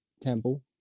Temple